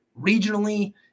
regionally